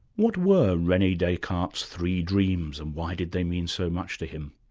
what were rene descartes' three dreams, and why did they mean so much to him?